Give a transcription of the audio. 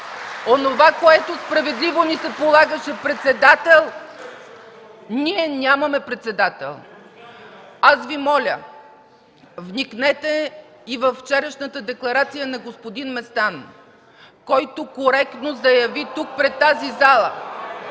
онова, което справедливо ни се полагаше – председател, ние нямаме председател. Аз Ви моля: вникнете и във вчерашната декларация на господин Местан, който коректно заяви тук, пред тази зала